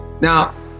Now